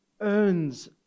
earns